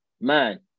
man